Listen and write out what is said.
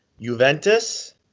Juventus